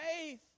faith